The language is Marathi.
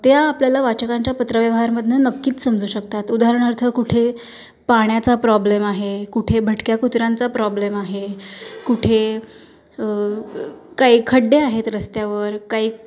त्या आपल्याला वाचकांच्या पत्रव्यवहारामधून नक्कीच समजू शकतात उदाहरणार्थ कुठे पाण्याचा प्रॉब्लेम आहे कुठे भटक्या कुत्र्यांचा प्रॉब्लेम आहे कुठे काही खड्डे आहेत रस्त्यावर काही